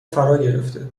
فراگرفته